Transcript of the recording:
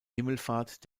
himmelfahrt